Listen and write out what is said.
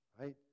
Right